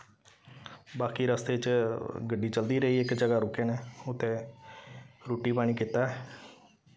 बाकी रस्ते च गड्डी चलदी रेही इक जगह् रुके न उत्थै रुट्टी पानी कीता ऐ